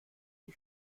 die